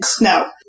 No